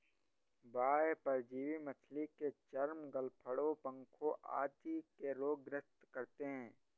बाह्य परजीवी मछली के चर्म, गलफडों, पंखों आदि के रोग ग्रस्त करते है